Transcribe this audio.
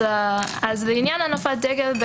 לעניין הנפת דגל,